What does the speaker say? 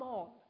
on